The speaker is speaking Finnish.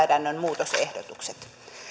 valmistellaan lainsäädännön muutosehdotukset